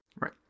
Right